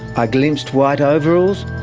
i glimpsed white overalls.